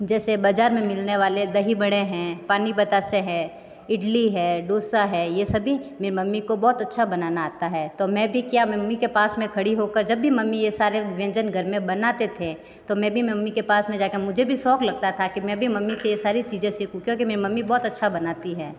जैसे बाज़ार में मिलने वाले दही बड़े हैं पानी बताशे है इडली है डोसा है ये सभी मेरी मम्मी को बहुत अच्छा बनाना आता है तो मैं भी क्या मम्मी के पास में खड़ी हो कर जब भी मम्मी ये सारे व्यंजन घर में बनाते थे तो मैं भी मम्मी के पास में जा के मुझे भी शौक लगता था कि मैं भी मम्मी से ये सारी चीज़ें सिखूँ क्योंकि मेरी मम्मी बहुत अच्छा बनाती है